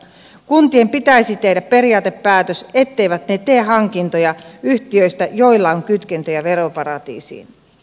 kuntien pitäisi tehdä periaatepäätös etteivät ne tee hankintoja yhtiöistä joilla on kytkentöjä veroparatiisiin